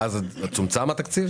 אז צומצם התקציב?